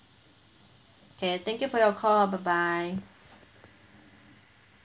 okay thank you for your call bye bye